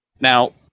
Now